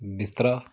ਬਿਸਤਰਾ